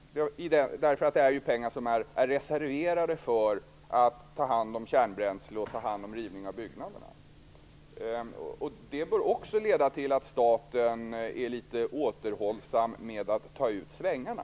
Det är ju pengar som är reserverade för att ta hand om kärnbränsle och rivning av byggnaderna. Det bör också leda till att staten är litet återhållsam med att ta ut svängarna.